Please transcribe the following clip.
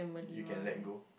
you can let go